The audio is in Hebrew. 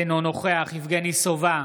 אינו נוכח יבגני סובה,